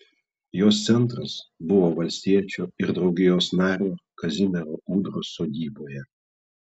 jos centras buvo valstiečio ir draugijos nario kazimiero ūdros sodyboje